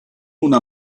una